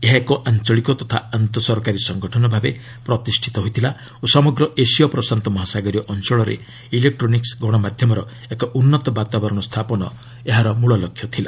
ଏହା ଏକ ଆଞ୍ଚଳିକ ତଥା ଆନ୍ତଃ ସରକାରୀ ସଙ୍ଗଠନ ଭାବେ ପ୍ରତିଷ୍ଠା ହୋଇଥିଲା ଓ ସମଗ୍ର ଏସୀୟ ପ୍ରଶାନ୍ତ ମହାସାଗରୀୟ ଅଞ୍ଚଳରେ ଇଲେକ୍ଟ୍ରୋନିକ୍ ଗଣମାଧ୍ୟମର ଏକ ଉନ୍ନତ ବାତାବରଣ ସ୍ଥାପନ ଏହାର ମ୍ବଳଲକ୍ଷ୍ୟ ଥିଲା